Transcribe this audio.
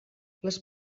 les